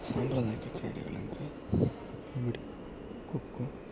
ಸಾಂಪ್ರದಾಯಿಕ ಕ್ರೀಡೆಗಳಂದರೆ ಕಬಡ್ಡಿ ಖೋ ಖೋ